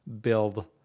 build